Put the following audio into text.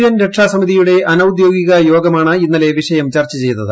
N രക്ഷാസമിതിയുടെ അനൌദ്യോഗിക യോഗമാണ് ഇന്നലെ വിഷയം ചർച്ച ചെയ്തത്